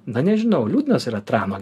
na nežinau liūdnas yra trano